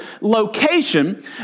location